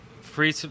free